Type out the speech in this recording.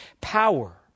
power